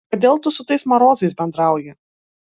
kodėl tu su tais marozais bendrauji